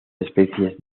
especies